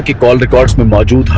call records. many